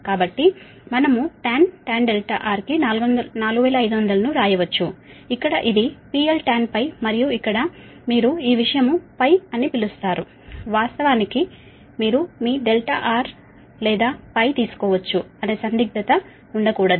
కాబట్టి మనము tan R కి 4500 ను వ్రాయవచ్చు ఇక్కడ ఇది PL Tan మరియు ఇక్కడ మీరు ఈ విషయం అని పిలుస్తారు వాస్తవానికి మీరు మీ R or తీసుకోవచ్చు అనే సందిగ్ధత ఉండకూడదు